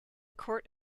court